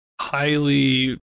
highly